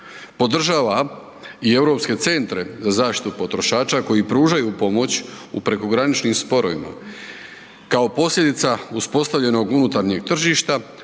Podržavam i Europske centre za zaštitu potrošača koji pružaju pomoć u prekograničnim sporovima kao posljedica uspostavljenog unutarnjeg tržišta,